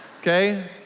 okay